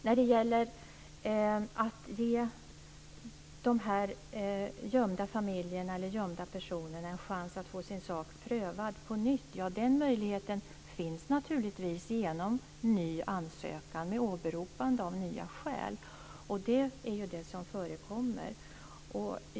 En sak gällde att ge de gömda familjerna eller personerna en chans att få sin sak prövad på nytt. Den möjligheten finns naturligtvis genom att man gör en ny ansökan med åberopande av nya skäl. Det är ju det som förekommer.